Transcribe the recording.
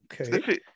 Okay